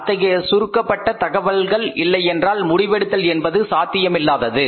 அத்தகைய சுருக்கப்பட்ட தகவல்கள் இல்லையென்றால் முடிவெடுத்தல் என்பது சாத்தியமில்லாதது